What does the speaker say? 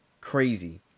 crazy